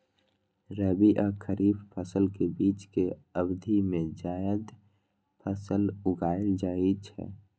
रबी आ खरीफ फसल के बीच के अवधि मे जायद फसल उगाएल जाइ छै